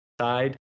side